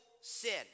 sin